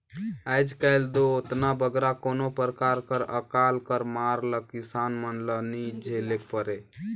आएज काएल दो ओतना बगरा कोनो परकार कर अकाल कर मार ल किसान मन ल नी झेलेक परे